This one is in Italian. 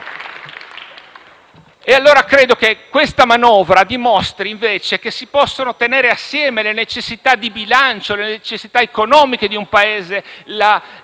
allora che questa manovra dimostri invece che si possono tenere assieme le necessità di bilancio e le necessità economiche di un Paese. La limitazione